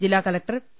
ജില്ലാ collector P